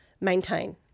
maintain